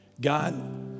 God